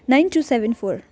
nine two seven four